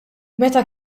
meta